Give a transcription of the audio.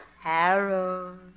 Harold